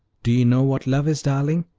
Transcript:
do you know what love is, darling?